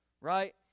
Right